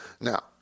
Now